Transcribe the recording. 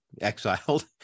exiled